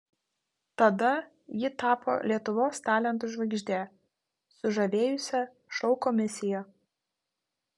tada ji tapo lietuvos talentų žvaigžde sužavėjusia šou komisiją